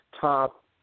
top